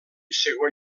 segon